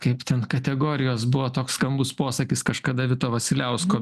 kaip ten kategorijos buvo toks skambus posakis kažkada vito vasiliausko